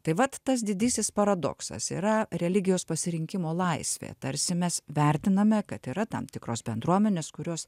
tai vat tas didysis paradoksas yra religijos pasirinkimo laisvė tarsi mes vertiname kad yra tam tikros bendruomenės kurios